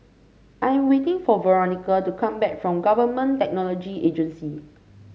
I am waiting for Veronica to come back from Government Technology Agency